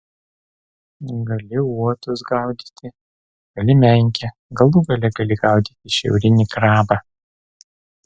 gali uotus gaudyti gali menkę galų gale gali gaudyti šiaurinį krabą